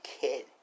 kid